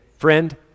Friend